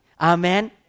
Amen